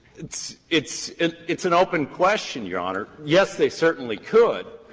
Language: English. it's it's an it's an open question, your honor. yes, they certainly could,